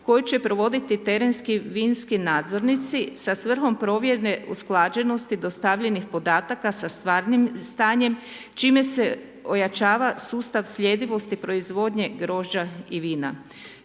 koju će provoditi terenski vinski nadzornici sa svrhom provjere usklađenosti dostavljenih podataka sa stvarnim stanjem čime se ojačava sustav sljedivosti, proizvodnje grožđa i vina.